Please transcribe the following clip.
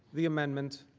the amendment,